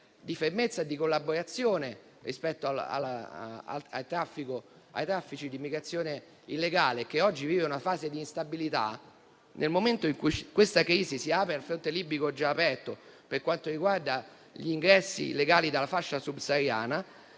di fermezza e di collaborazione rispetto ai traffici d'immigrazione illegale, che oggi vive una fase d'instabilità, si aggiunge al fronte libico già aperto per quanto riguarda gli ingressi illegali dalla fascia subsahariana,